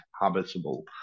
habitable